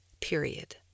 period